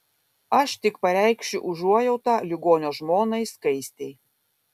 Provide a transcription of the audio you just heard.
aš tik pareikšiu užuojautą ligonio žmonai skaistei